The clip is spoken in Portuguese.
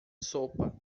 sopa